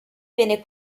viene